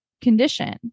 condition